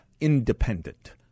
independent